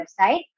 website